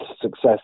success